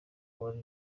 wari